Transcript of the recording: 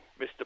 Mr